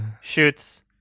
shoots